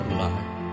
life